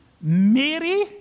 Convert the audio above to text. Mary